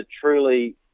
truly